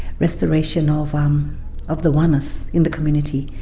restoration of um of the oneness in the community.